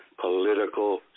political